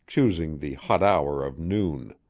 choosing the hot hour of noon.